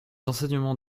enseignements